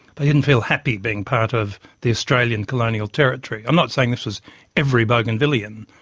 they didn't feel happy being part of the australian colonial territory. i'm not saying this was every bougainvillean,